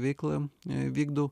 veiklą vykdau